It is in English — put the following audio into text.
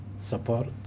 support